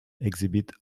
exhibit